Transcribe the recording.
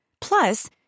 Plus